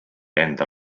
enda